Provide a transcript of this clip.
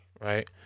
Right